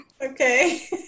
Okay